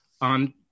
on